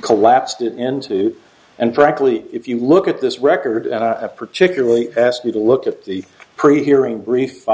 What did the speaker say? collapsed into and frankly if you look at this record and particularly ask you to look at the pre hearing brief